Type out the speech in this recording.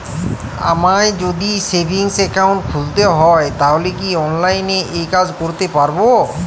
আমায় যদি savings account খুলতে হয় তাহলে কি অনলাইনে এই কাজ করতে পারবো?